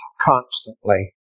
constantly